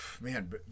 Man